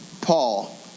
Paul